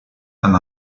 and